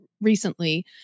recently